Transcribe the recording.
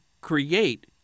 create